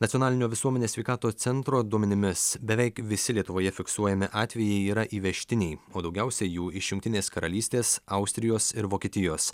nacionalinio visuomenės sveikatos centro duomenimis beveik visi lietuvoje fiksuojami atvejai yra įvežtiniai o daugiausiai jų iš jungtinės karalystės austrijos ir vokietijos